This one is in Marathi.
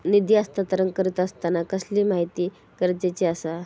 निधी हस्तांतरण करीत आसताना कसली माहिती गरजेची आसा?